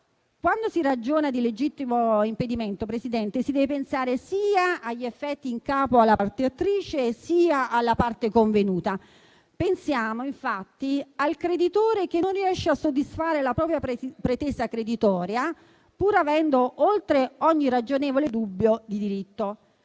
Quando si ragiona di legittimo impedimento, signor Presidente, si deve pensare sia agli effetti in capo alla parte attrice, sia alla parte convenuta. Pensiamo infatti al creditore che non riesce a soddisfare la propria pretesa creditoria oltre ogni ragionevole dubbio di diritto.